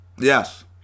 Yes